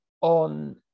on